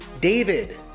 David